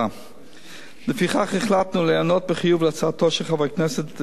לפיכך החלטנו להיענות בחיוב להצעתו של חבר הכנסת דוד אזולאי,